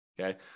Okay